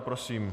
Prosím.